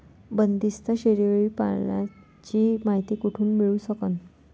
बंदीस्त शेळी पालनाची मायती कुठून मिळू सकन?